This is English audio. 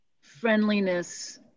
friendliness